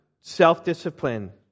self-discipline